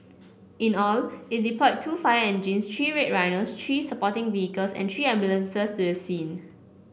in all it deployed two fire engines three Red Rhinos three supporting vehicles and three ambulances to the scene